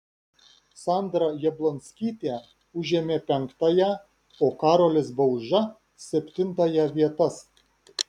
sandra jablonskytė užėmė penktąją o karolis bauža septintąją vietas